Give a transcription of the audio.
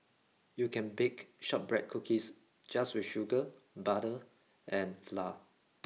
you can bake shortbread cookies just with sugar butter and flour